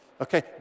okay